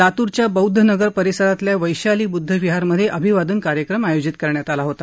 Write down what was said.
लातूरच्या बौद्ध नगर परिसरातील वैशाली बुद्ध विहारमधे अभिवादन कार्यक्रम आयोजित करण्यात आला होता